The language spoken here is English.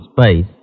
space